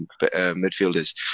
midfielders